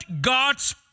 God's